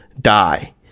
die